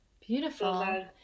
Beautiful